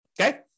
Okay